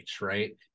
right